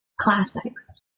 Classics